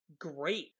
great